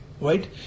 right